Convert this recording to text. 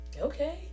Okay